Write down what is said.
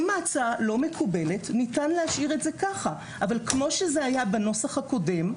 אם ההצעה לא מקובלת ניתן להשאיר את זה כך אבל כמו שזה היה בנוסח הקודם,